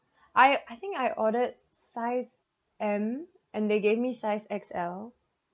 I I think I ordered size M and they gave me size X_L